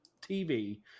TV